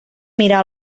mirar